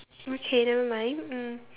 okay nevermind mm